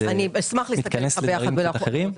זה מתכנס לדברים קצת אחרים.